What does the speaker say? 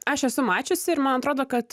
aš esu mačiusi ir man atrodo kad